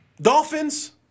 Dolphins